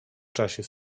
czasie